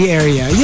area